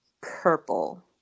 purple